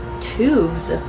Tubes